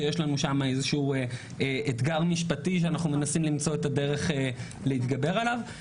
שיש לנו שם איזשהו אתגר משפטי שאנחנו מנסים למצוא את הדרך להתגבר עליו.